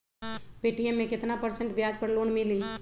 Paytm मे केतना percent ब्याज पर लोन मिली?